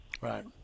Right